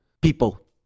people